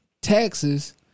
taxes